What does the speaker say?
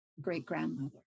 great-grandmother